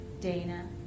Dana